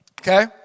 Okay